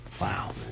Wow